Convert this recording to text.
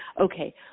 Okay